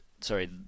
Sorry